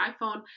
iPhone